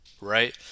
right